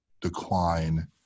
decline